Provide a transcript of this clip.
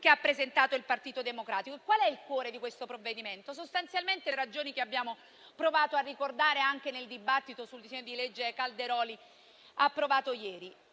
che ha presentato il Partito Democratico. Qual è il cuore di questo provvedimento? Sostanzialmente le ragioni che abbiamo provato a ricordare anche nel dibattito sul cosiddetto disegno di legge Calderoli approvato ieri.